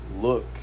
look